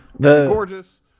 Gorgeous